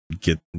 get